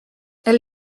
elle